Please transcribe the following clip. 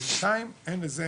בינתיים, אין לזה